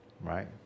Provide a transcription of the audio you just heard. Right